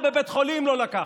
סניטר בבית חולים לא לקחתם.